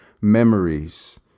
memories